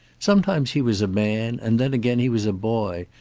sometimes he was a man, and then again he was a boy,